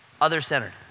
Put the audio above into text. other-centered